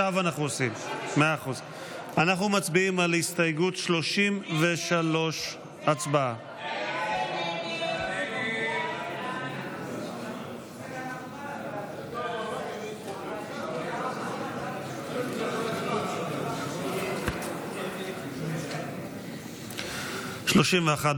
אנחנו מצביעים על הסתייגות 33. הצבעה.